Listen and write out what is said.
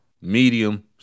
medium